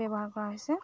ব্যৱহাৰ কৰা হৈছে